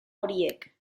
horiek